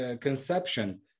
conception